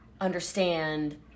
understand